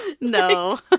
No